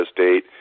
State